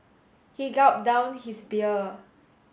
he gulped down his beer